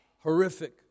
horrific